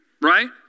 right